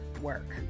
work